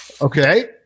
Okay